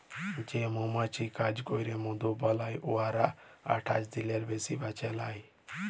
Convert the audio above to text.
যে মমাছি কাজ ক্যইরে মধু বালাই উয়ারা আঠাশ দিলের বেশি বাঁচে লায়